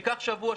שייקח שבוע,